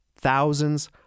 thousands